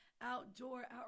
outdoor